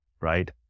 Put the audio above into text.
right